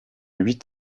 huit